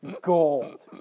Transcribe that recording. gold